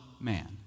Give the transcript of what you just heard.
man